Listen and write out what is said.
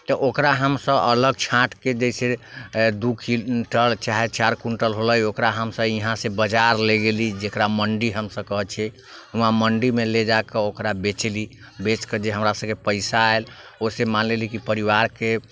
तऽ ओकरा हमसब अलग छाँटिके जइसे दू क्विन्टल चाहे चारि क्विन्टल होलै ओकरा हमसब यहाँसँ बजार ले गेली जकरा मण्डी हमसब कहै छी वहाँ मण्डीमे लऽ जाकऽ ओकरा बेचली बेचिके जे हमरासबके पइसा आएल ओहिसँ मानि लेली कि परिवारके